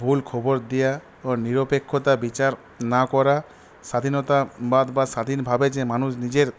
ভুল খবর দেওয়া ও নিরপেক্ষতা বিচার না করা স্বাধীনতাবাদ বা স্বাধীনভাবে যে মানুষ নিজের